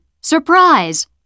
Surprise